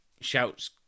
shouts